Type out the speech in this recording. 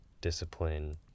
discipline